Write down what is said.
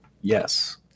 Yes